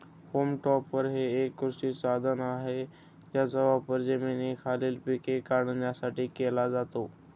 home topper हे एक कृषी साधन आहे ज्याचा वापर जमिनीखालील पिके काढण्यासाठी केला जातो